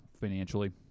financially